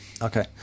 Okay